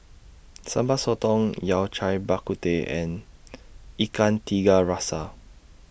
Sambal Sotong Yao Cai Bak Kut Teh and Ikan Tiga Rasa